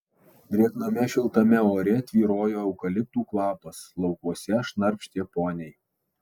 drėgname šiltame ore tvyrojo eukaliptų kvapas laukuose šnarpštė poniai